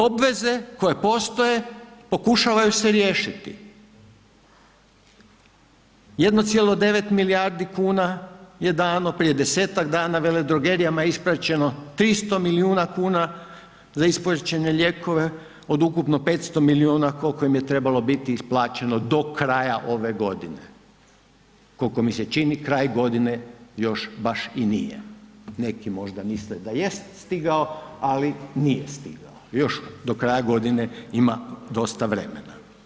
Obveze koje postoje pokušala ih se riješiti, 1,9 milijardi kuna je dano prije 10-tak dana veledrogerijama ispraćeno 300 milijuna kuna za isplaćene lijekove od ukupno 500 milijuna kolko im je trebalo biti isplaćeno do kraja ove godine, kolko mi se čini kraj godine još baš i nije, neki možda misle da jest stigao, ali nije stigao, još do kraja godine ima dosta vremena.